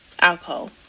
alcohol